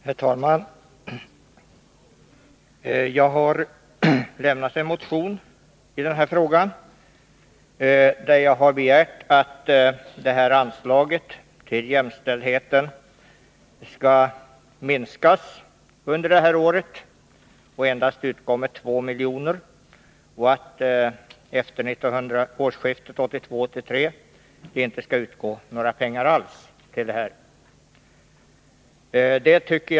Herr talman! Jag har i denna fråga väckt en motion, vari jag har begärt att anslaget till jämställdheten skall minskas under detta år och endast utgå med 2 milj.kr. och att det efter årsskiftet 1982-1983 inte skall utgå några pengar alls till detta ändamål.